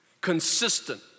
consistent